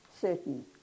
certain